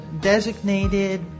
designated